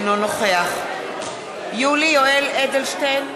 אינו נוכח יולי יואל אדלשטיין,